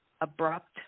abrupt